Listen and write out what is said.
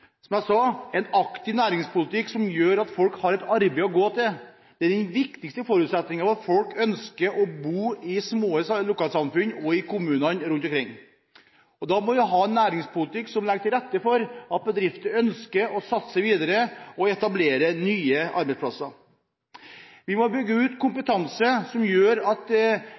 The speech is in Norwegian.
Som jeg har sagt, er en aktiv næringspolitikk som gjør at folk har et arbeid å gå til, den viktigste forutsetningen for at folk ønsker å bo i små lokalsamfunn og i kommunene rundt omkring. Da må vi ha en næringspolitikk som legger til rette for at bedrifter ønsker å satse videre og etablere nye arbeidsplasser. Vi må bygge ut kompetanse som gjør at